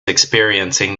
experiencing